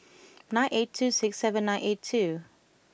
nine eight two six seven nine eight two